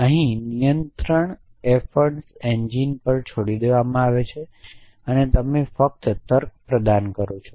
અહી નિયંત્રણ ઇન્ફર્ન્સ એન્જિન પર છોડી દેવામાં આવે તમે ફક્ત તર્ક પ્રદાન કરો છો